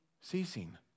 ceasing